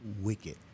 wicked